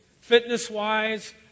fitness-wise